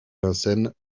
vincennes